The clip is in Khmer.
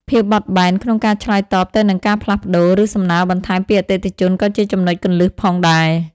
ភាពបត់បែន ក្នុងការឆ្លើយតបទៅនឹងការផ្លាស់ប្ដូរ ឬសំណើរបន្ថែមពីអតិថិជនក៏ជាចំណុចគន្លឹះផងដែរ។